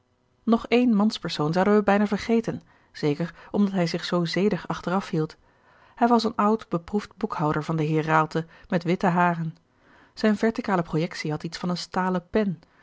nog een manspersoon zouden wij bijna vergeten zeker omdat hij zich zoo zedig achteraf hield hij was een oud beproefd boekhouder van den heer raalte met witte haren zijne verticale pojectie had iets van eene stalen pen